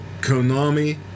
Konami